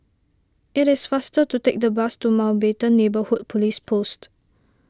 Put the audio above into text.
it is faster to take the bus to Mountbatten Neighbourhood Police Post